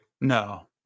no